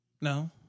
No